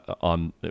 on